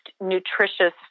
nutritious